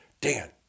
Dan